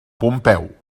pompeu